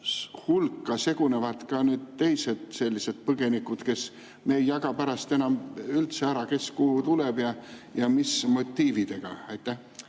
hulka segunevad nüüd teised põgenikud, nii et me ei jaga pärast enam üldse ära, kes kuhu tuleb ja mis motiividega?